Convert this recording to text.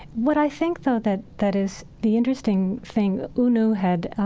what i think, though, that that is the interesting thing u nu had